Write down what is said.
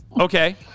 Okay